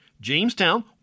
Jamestown